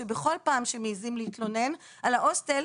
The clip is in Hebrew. שבכל פעם שמעזים להתלונן על ההוסטל,